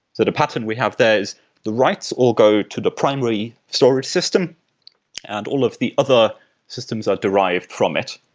the pattern we have there is the writes or go to the primary storage system and all of the other systems are derived from it.